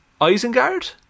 Isengard